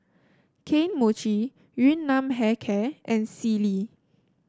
Kane Mochi Yun Nam Hair Care and Sealy